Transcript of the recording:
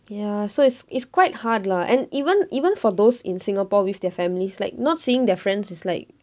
ya so it's it's quite hard lah and even even for those in singapore with their families like not seeing their friends is like